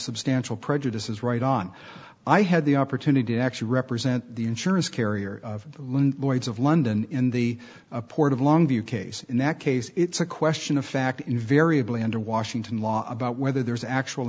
substantial prejudice is right on i had the opportunity to actually represent the insurance carrier lloyd's of london in the port of longview case in that case it's a question of fact invariably under washington law about whether there's actual